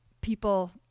people